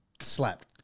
Slap